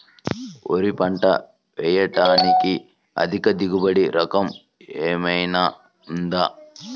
వరి పంట వేయటానికి అధిక దిగుబడి రకం ఏమయినా ఉందా?